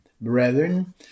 brethren